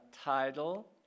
title